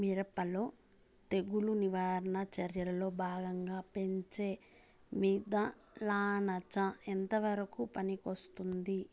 మిరప లో తెగులు నివారణ చర్యల్లో భాగంగా పెంచే మిథలానచ ఎంతవరకు పనికొస్తుంది?